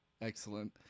Excellent